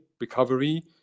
recovery